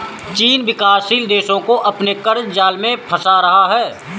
चीन विकासशील देशो को अपने क़र्ज़ जाल में फंसा रहा है